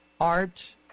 art